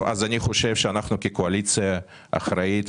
אני חושב שאנחנו כקואליציה אחראית,